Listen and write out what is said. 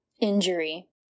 Injury